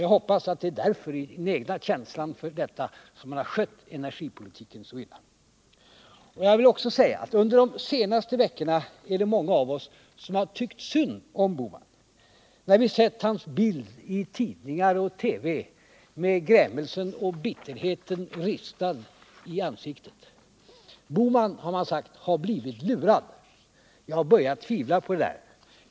Jag hoppas att det är därför, i den egna känslan av detta, som han skött energipolitiken så illa. Jag vill också säga att under de senaste veckorna är det många av oss som tyckt synd om Gösta Bohman när vi sett hans bild i tidningar och TV med grämelsen och bitterheten ristad i ansiktet. Bohman, har man sagt, har blivit lurad. Jag börjar tvivla på det där.